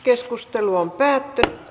keskustelu päättyi